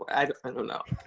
i don't know.